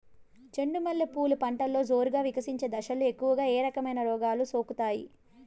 చెండు మల్లె పూలు పంటలో జోరుగా వికసించే దశలో ఎక్కువగా ఏ రకమైన రోగాలు సోకుతాయి?